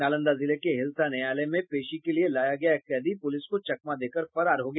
नालंदा जिले के हिलसा न्ययालय में पेशी के लिए लाया गया एक कैदी पुलिस को चकमा देकर फरार हो गया